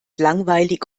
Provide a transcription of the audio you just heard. langweilig